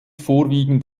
vorwiegend